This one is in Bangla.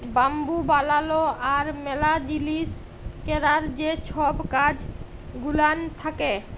বাম্বু বালালো আর ম্যালা জিলিস ক্যরার যে ছব কাজ গুলান থ্যাকে